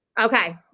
Okay